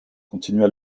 continua